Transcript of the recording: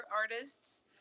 artists